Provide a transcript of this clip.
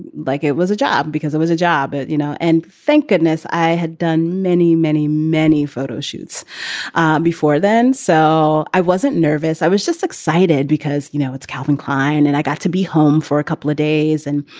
like it was a job because it was a job. but you know, and thank goodness i had done many, many, many photo shoots before then. so i wasn't nervous. i was just excited because, you know, it's calvin klein and i got to be home for a couple of days. and,